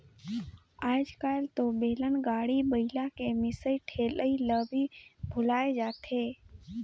आयज कायल तो बेलन, गाड़ी, बइला के मिसई ठेलई ल भी भूलाये जाथे